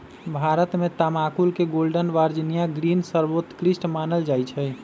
भारत में तमाकुल के गोल्डन वर्जिनियां ग्रीन सर्वोत्कृष्ट मानल जाइ छइ